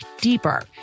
deeper